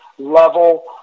level